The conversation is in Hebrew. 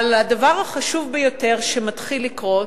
אבל הדבר החשוב ביותר שמתחיל לקרות